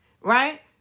Right